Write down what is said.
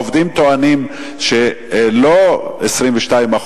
העובדים טוענים שלא 22%,